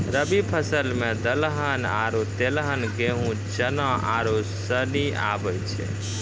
रवि फसल मे दलहन आरु तेलहन गेहूँ, चना आरू सनी आबै छै